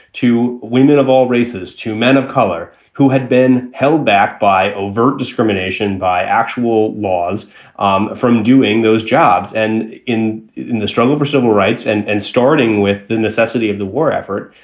to women of all races, to men of color who had been held back by overt discrimination, by actual laws um from doing those jobs. and in in the struggle for civil rights and and starting with the necessity of the war effort,